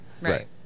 Right